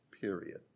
period